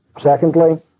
Secondly